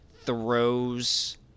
throws